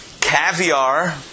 caviar